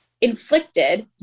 inflicted